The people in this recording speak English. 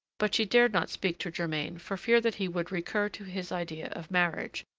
but she dared not speak to germain for fear that he would recur to his idea of marriage,